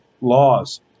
laws